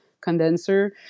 condenser